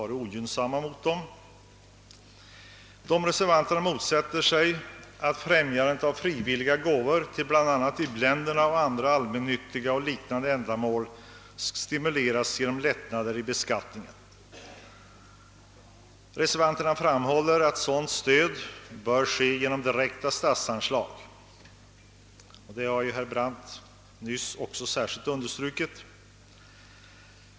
Reservanterna motsätter sig att främjandet av frivilliga gåvor till u-landshjälp och andra allmännyttiga ändamål stimuleras genom lättnader vid beskattningen och framhåller att sådant stöd bör ges genom direkta statsanslag, vilket herr Brandt nyss särskilt har understrukit.